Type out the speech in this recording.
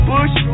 Bush